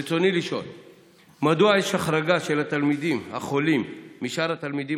רצוני לשאול: 1. מדוע יש החרגה של התלמידים החולים משאר התלמידים,